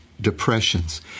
depressions